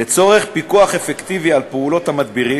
לצורך פיקוח אפקטיבי על פעולת המדבירים